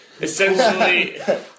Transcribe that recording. essentially